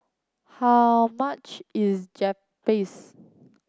how much is Japchae